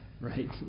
right